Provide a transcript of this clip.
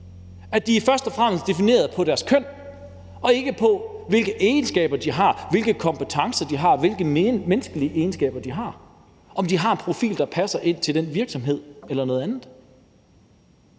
at de først og fremmest er defineret ved deres køn og ikke af, hvilke egenskaber de har, hvilke kompetencer de har, hvilke menneskelige egenskaber de har, og om de har en profil, der passer til den virksomhed eller noget andet?